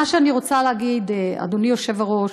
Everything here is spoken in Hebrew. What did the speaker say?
מה שאני רוצה להגיד, אדוני היושב-ראש,